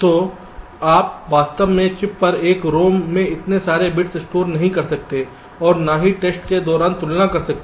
तो आप वास्तव में चिप पर एक ROM में इतने सारे बिट्स स्टोर नहीं कर सकतेऔर ना ही टेस्ट के दौरान तुलना कर सकते हैं